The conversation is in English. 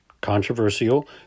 controversial